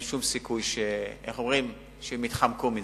אין שום סיכוי שהם יתחמקו מזה.